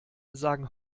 sagen